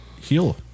heal